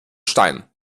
stein